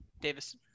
Davis